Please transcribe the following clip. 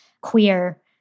queer